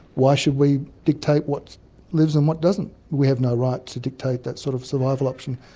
why should we dictate what lives and what doesn't? we have no right to dictate that sort of survival option.